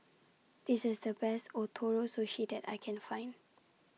This IS The Best Ootoro Sushi that I Can Find